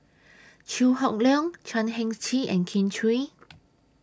Chew Hock Leong Chan Heng Chee and Kin Chui